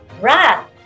Rat